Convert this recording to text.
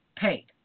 paid